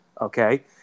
Okay